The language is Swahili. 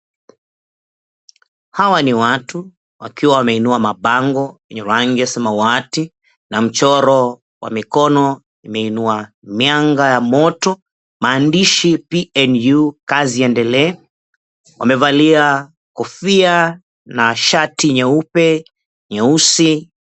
Hawa ni watu wakiwa wameinua mabango ya rangi ya samawati na mchoro wa mikono imeinua mianga ya moto, maandishi PNU kazi iendelee, wamevalia kofia na shati nyeupe, nyeusi